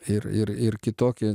ir ir ir kitokie